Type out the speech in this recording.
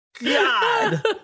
god